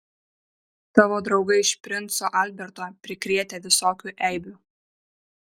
tavo draugai iš princo alberto prikrėtę visokių eibių